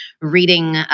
reading